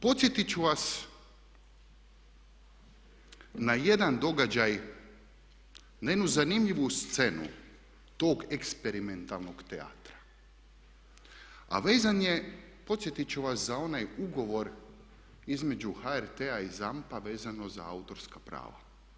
Podsjetit ću vas na jedan događaj, na jednu zanimljivu scenu tog eksperimentalnog teatra, a vezan je podsjetit ću vas za onaj ugovor između HRt-a i ZAMP-a vezano za autorska prava.